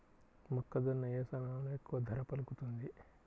మొక్కజొన్న ఏ సమయంలో ఎక్కువ ధర పలుకుతుంది?